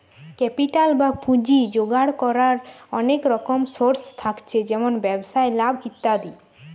capital বা পুঁজি জোগাড় কোরার অনেক রকম সোর্স থাকছে যেমন ব্যবসায় লাভ ইত্যাদি